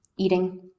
eating